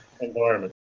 environment